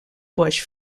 bush